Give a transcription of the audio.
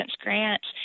grants